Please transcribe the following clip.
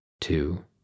two